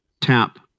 tap